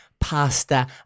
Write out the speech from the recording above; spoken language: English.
pasta